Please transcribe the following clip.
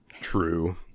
True